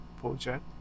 project